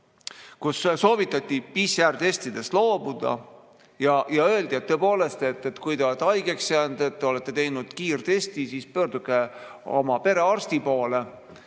et soovitati PCR-testidest loobuda ja öeldi, et tõepoolest, kui te olete haigeks jäänud ja te olete teinud kiirtesti, siis pöörduge oma perearsti poole,